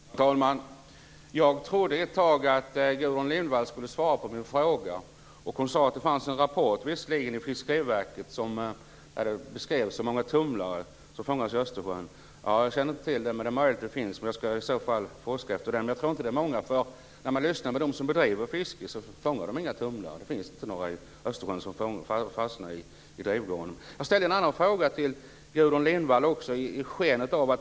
Herr talman! Jag trodde ett tag att Gudrun Lindvall skulle svara på min fråga. Hon sade att det fanns en rapport från Fiskeriverket som beskrev hur många tumlare som fångades i Östersjön. Jag känner inte till den, men jag skall i så fall forska efter den. Jag tror inte att det är särskilt många tumlare. När man lyssnar till dem som bedriver fiske säger de att de inte fångar några tumlare. Det finns inte några tumlare i Östersjön som fastnar i drivgarnen. Jag ställde också en annan fråga till Gudrun Lindvall.